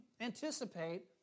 anticipate